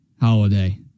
holiday